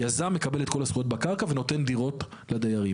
יזם מקבל את כל הזכויות בקרקע ונותן דירות לדיירים.